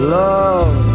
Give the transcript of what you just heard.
love